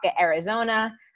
Arizona